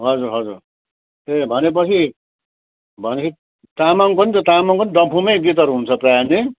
हजुर हजुर ए भनेपछि भनेपछि तामाङको नि छ तामाङको नि डम्फुमै गीतहरू हुन्छ प्राय नि